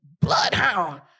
bloodhound